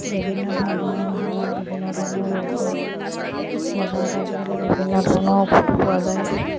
বিভিন্ন ধৰণৰ সময়ত বিভিন্ন ধৰণৰ ৰোগ হয় বজাৰত আজিকালি বিভিন্ন ধৰণৰ ঔষধো পোৱা যায়